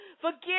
Forgive